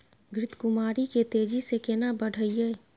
घृत कुमारी के तेजी से केना बढईये?